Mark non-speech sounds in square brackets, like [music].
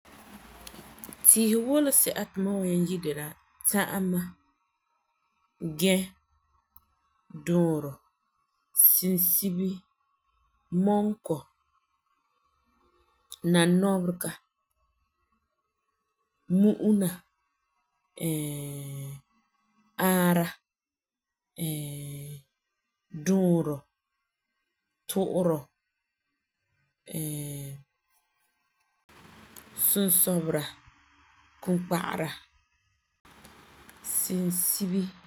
Tiisi wala si'a ti mam wan nyaŋɛ yi de la; tã'ama, gɛa, duurɔ, sinsibi, mɔnkɔ, nanɔberega, mu'una [hesitation] nãara, [hesitation] duurɔ ,tu'urɔ [hesitation] sinsobera, kinkagera sinsibi.